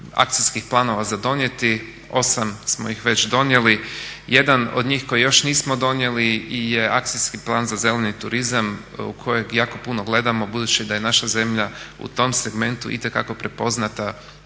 akcijskih planova za donijeti, 8 smo ih već donijeli. Jedan od njih koji još nismo donijeli je akcijski plan za zeleni turizam u kojeg jako puno gledamo budući da je naša zemlja u tom segmentu itekako prepoznata,